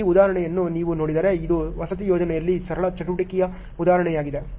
ಈ ಉದಾಹರಣೆಯನ್ನು ನೀವು ನೋಡಿದರೆ ಇದು ವಸತಿ ಯೋಜನೆಯಲ್ಲಿ ಸರಳ ಚಟುವಟಿಕೆಯ ಉದಾಹರಣೆಯಾಗಿದೆ